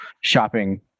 shopping